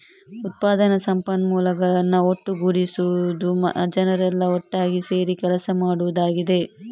ಉತ್ಪಾದನಾ ಸಂಪನ್ಮೂಲಗಳನ್ನ ಒಟ್ಟುಗೂಡಿಸುದು ಜನರೆಲ್ಲಾ ಒಟ್ಟಾಗಿ ಸೇರಿ ಕೆಲಸ ಮಾಡುದಾಗಿದೆ